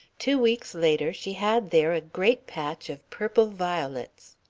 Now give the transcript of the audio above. two weeks later she had there a great patch of purple violets.